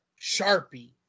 sharpie